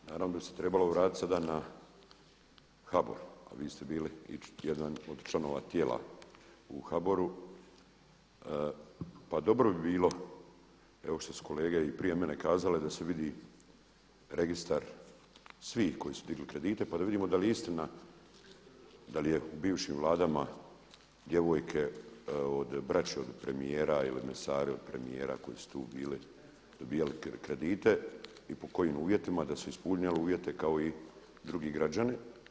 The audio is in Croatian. Naravno da bi se trebalo vratiti sada na HBOR, a vi ste bili jedan od članova tijela u HBOR-u, pa dobro bi bilo, evo što su kolege i prije mene kazale da se vidi registar svih koji su digli kredite pa da vidimo da li je istina da li je u bivšim vladama djevojke od braće od premijera ili mesare od premijera koji su tu bili dobijali kredite i po kojim uvjetima da su ispunjavali uvjete kao i drugi građani.